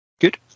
Good